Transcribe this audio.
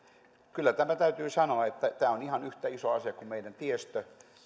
kyllä täytyy sanoa että myös tämä tietoliikenteen puoli on ihan yhtä iso asia kuin meidän tiestömme